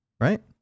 right